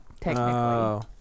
technically